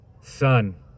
son